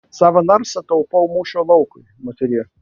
savo narsą taupau mūšio laukui moterie